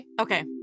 Okay